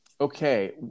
okay